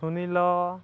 Sunil